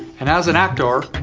and as an actor,